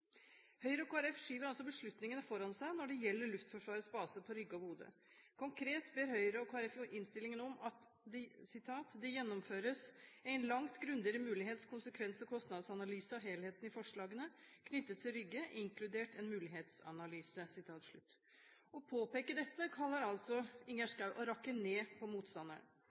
Høyre og Kristelig Folkeparti skyver altså beslutningene foran seg når det gjelder Luftforsvarets base på Rygge og i Bodø. Konkret ber Høyre og Kristelig Folkeparti i innstillingen om at «det gjennomføres en langt grundigere mulighets-, konsekvens- og kostnadsanalyse av helheten i forslagene knyttet til Rygge». Å påpeke dette kaller altså Ingjerd Schou å rakke ned på